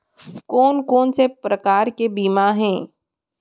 कोन कोन से प्रकार के बीमा हे?